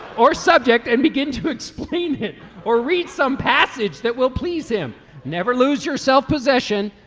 or subject and begin to explain him or read some passage that will please him never lose yourself possession.